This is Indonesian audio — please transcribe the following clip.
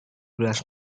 belas